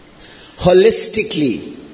holistically